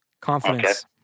Confidence